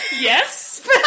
Yes